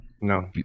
No